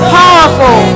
powerful